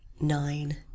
nine